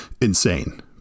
insane